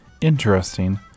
Interesting